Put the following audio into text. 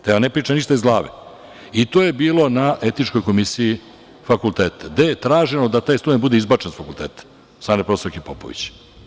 Ne pričam vam ništa iz glave, i to je bilo na Etičkoj komisiji fakulteta, gde je traženo da taj student bude izbačen sa fakulteta od strane profesorke Popović.